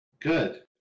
Good